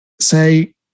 say